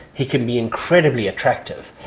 he can be incredibly attractive,